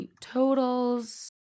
totals